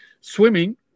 swimming